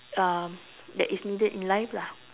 um that is needed in life lah